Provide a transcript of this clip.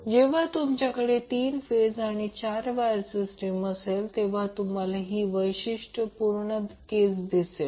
जेव्हा तुमच्याकडे 3 फेज आणि 4 वायर सिस्टीम असेल तेव्हा तुम्हाला हि वैशिष्ट्यपूर्ण केस दिसेल